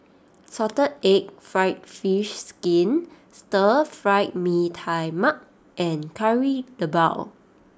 Salted Egg Fried Fish Skin Stir Fried Mee Tai Mak and Kari Debal